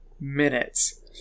minutes